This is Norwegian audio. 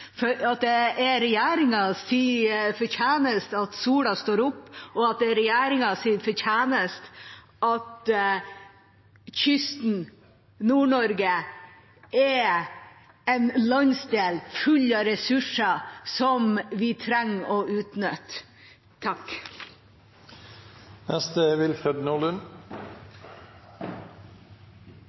for å gyte, at det er regjeringas fortjeneste at sola står opp, og at det er regjeringas fortjeneste at kysten, Nord-Norge, er en landsdel full av ressurser som vi trenger å utnytte.